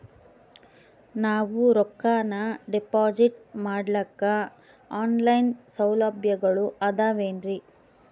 ನಾವು ರೊಕ್ಕನಾ ಡಿಪಾಜಿಟ್ ಮಾಡ್ಲಿಕ್ಕ ಆನ್ ಲೈನ್ ಸೌಲಭ್ಯಗಳು ಆದಾವೇನ್ರಿ?